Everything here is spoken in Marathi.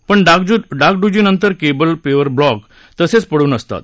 पण डागडुजीनसि केबल पेवर ब्लॉक तसेच पडून असतात